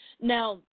Now